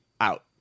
out